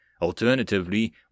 Alternatively